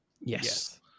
Yes